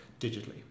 digitally